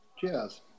Cheers